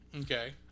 Okay